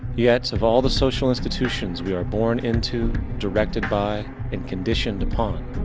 yet, of all the social institutions, we are born into, directed by and conditioned upon,